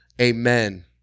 Amen